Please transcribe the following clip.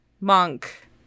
monk